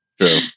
True